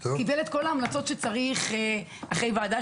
הוא קיבל את כל ההמלצות שצריך אחרי ועדה